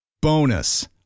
Bonus